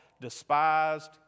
despised